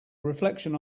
reflection